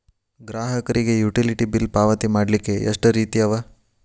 ಗ್ರಾಹಕರಿಗೆ utility bill ಪಾವತಿ ಮಾಡ್ಲಿಕ್ಕೆ ಎಷ್ಟ ರೇತಿ ಅವ?